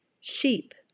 sheep